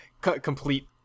complete